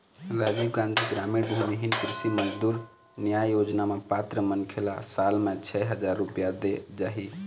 राजीव गांधी गरामीन भूमिहीन कृषि मजदूर न्याय योजना म पात्र मनखे ल साल म छै हजार रूपिया देय जाही